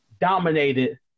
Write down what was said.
dominated